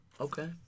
Okay